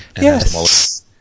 Yes